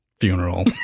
funeral